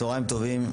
צוהריים טובים.